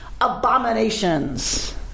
abominations